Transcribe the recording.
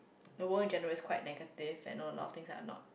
the world in general is quite negative and know a lot thing that are not